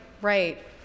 right